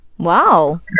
Wow